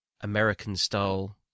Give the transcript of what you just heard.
American-style